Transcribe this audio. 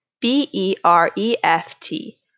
B-E-R-E-F-T